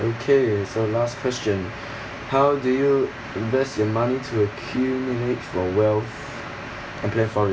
okay so last question how do you invest your money to accumulate your wealth and plan for